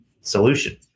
solution